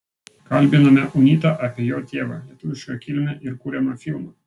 kalbinome unitą apie jo tėvą lietuvišką kilmę ir kuriamą filmą